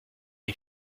les